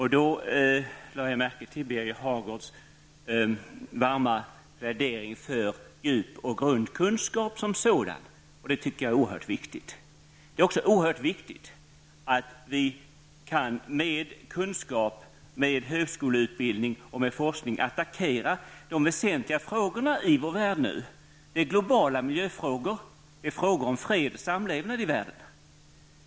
Jag lade märke till att Birger Hagård varmt pläderade för den djupa kunskapen som sådan, och det tycker jag är oerhört viktigt. Det är också oerhört viktigt att vi med kunskap, med högskoleutbildning och med forskning kan attackera de frågor som i dag är väsentliga för vår värld. Det gäller globala miljöfrågor, och det gäller frågor om fred och samlevnad i världen.